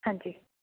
ਹਾਂਜੀ